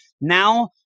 Now